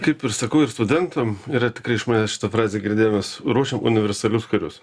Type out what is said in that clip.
kaip ir sakau ir studentam yra tikrai iš manęs šita frazę girdėję mes ruošiam universalius karius